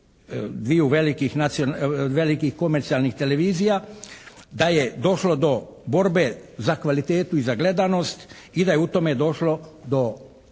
dviju velikih komercijalnih televizija, da je došlo do borbe za kvalitetu i za gledanost i da je u tome došlo do